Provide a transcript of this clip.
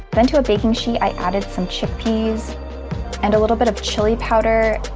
then to a baking sheet, i added some chickpeas and a little bit of chili powder,